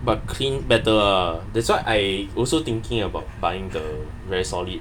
but clean better ah that's why I also thinking about buying the very solid